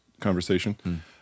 conversation